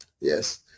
Yes